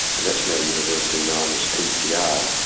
and that's now universally known as pcr,